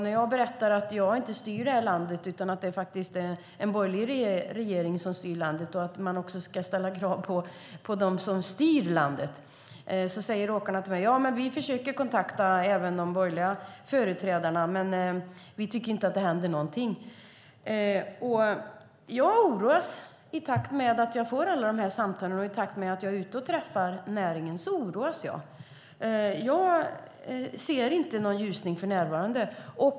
När jag berättar att jag inte styr det här landet utan att det är en borgerlig regering som gör det och att man också ska ställa krav på dem som styr landet säger åkarna: Ja, vi försöker kontakta även de borgerliga företrädarna, men vi tycker inte att det händer någonting. I takt med att jag får alla de här samtalen och är ute och träffar näringen oroas jag. Jag ser inte någon ljusning för närvarande.